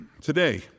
today